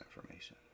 information